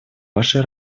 вашей